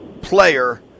player